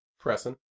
Pressing